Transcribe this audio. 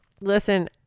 Listen